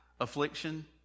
affliction